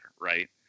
right